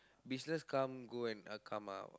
business come go and come out